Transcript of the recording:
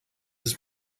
his